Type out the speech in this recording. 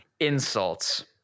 insults